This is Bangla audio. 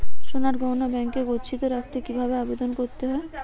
সোনার গহনা ব্যাংকে গচ্ছিত রাখতে কি ভাবে আবেদন করতে হয়?